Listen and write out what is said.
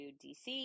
dc